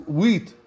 wheat